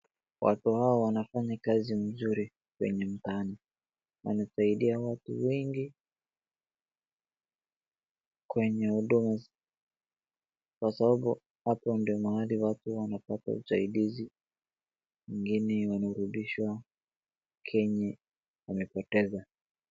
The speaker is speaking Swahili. Watu hawa wanafanya kazi mzuri kwenye mtaani. Wanasaidia watu wengi kwenye huduma, kwa sababu hapo ndio mahali watu wanapata usaidizi wengine wanarudishiwa chenye wamepoteza.